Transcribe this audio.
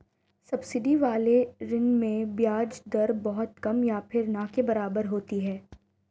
subsidy वाले ऋण में ब्याज दर बहुत कम या फिर ना के बराबर होती है